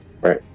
right